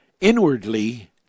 inwardly